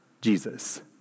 Jesus